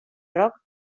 roc